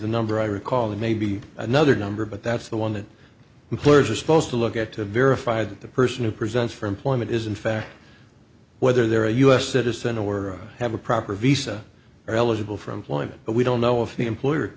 the number i recall there may be another number but that's the one that employers are supposed to look at to verify that the person who presents for employment is in fact whether they're a u s citizen or have a proper visa are eligible for employment but we don't know if the employer